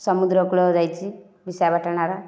ସମୁଦ୍ରକୂଳ ଯାଇଛି ବିଶାଖାପାଟଣାର